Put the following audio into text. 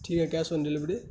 ٹھیک ہے cash on delivery